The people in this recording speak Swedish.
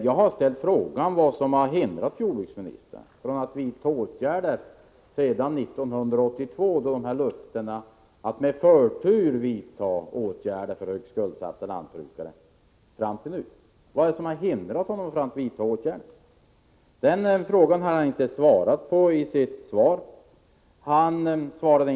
Jag har ställt frågan vad som har hindrat jordbruksministern från att vidta åtgärder sedan 1982 då löftena att med förtur göra något för högt skuldsatta lantbrukare gavs. Den frågan besvarades inte i jordbruksministerns första anförande och inte heller i det senaste anförandet.